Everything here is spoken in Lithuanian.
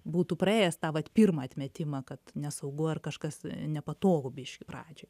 būtų praėjęs tą vat pirmą atmetimą kad nesaugu ar kažkas nepatogu biškį pradžioj